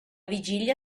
vigilia